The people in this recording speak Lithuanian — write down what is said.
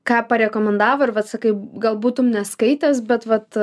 ką parekomendavo ir vat sakai gal būtum neskaitęs bet vat